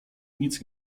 nic